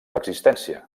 existència